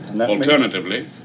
Alternatively